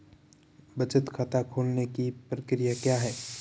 बचत खाता खोलने की प्रक्रिया क्या है?